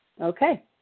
Okay